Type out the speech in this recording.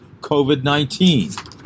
COVID-19